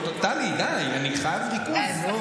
טלי, די, אני חייב ריכוז.